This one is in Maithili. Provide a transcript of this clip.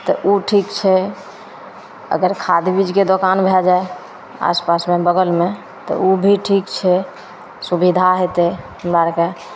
तऽ ओ ठीक छै अगर खाद बीजके दोकान भै जाए आसपासमे बगलमे तऽ ओ भी ठीक छै सुविधा हेतै हमरा आओरके